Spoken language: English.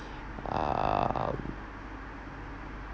um